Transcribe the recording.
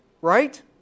right